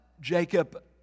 Jacob